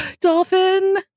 Dolphin